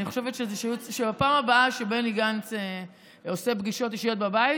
אני חושבת שבפעם הבאה שבני גנץ עושה פגישות אישיות בבית,